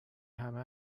همه